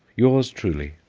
yours truly